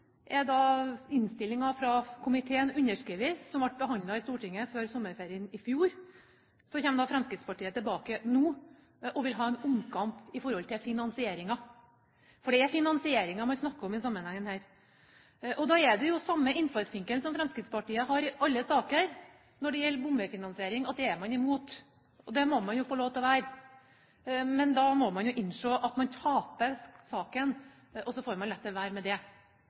kommer da Fremskrittspartiet tilbake nå og vil ha en omkamp om finansieringen, for det er finansieringen man snakker om i denne sammenhengen. Og da har man samme innfallsvinkel som Fremskrittspartiet har i alle saker når det gjelder bomveifinansiering: det er man imot. Og det må man jo få lov til å være. Men da må man innse at man taper saken, og så får man la det være med det.